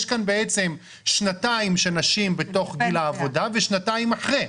יש כאן בעצם שנתיים של נשים בתוך גיל העבודה ושנתיים אחרי.